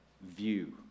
view